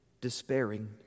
despairing